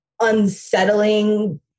unsettling